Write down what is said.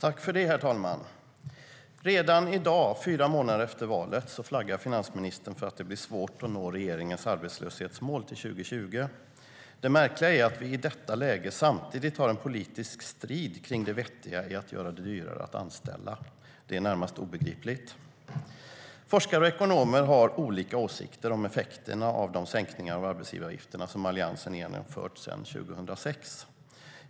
Herr talman! Redan i dag, fyra månader efter valet, flaggar finansministern för att det blir svårt att nå regeringens arbetslöshetsmål till 2020. Det märkliga är att vi i detta läge samtidigt har en politisk strid om det vettiga i att göra det dyrare att anställa. Det är närmast obegripligt. Forskare och ekonomer har olika åsikter om effekterna av de sänkningar av arbetsgivaravgifterna som Alliansen genomfört sedan 2006.